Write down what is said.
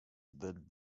that